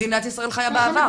מדינת ישראל חיה בעבר.